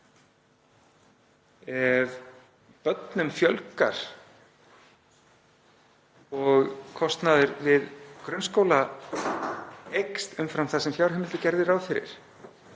Ef börnum fjölgar og kostnaður við grunnskóla eykst umfram það sem fjárheimildir gerðu ráð